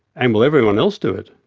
and will everyone else do it?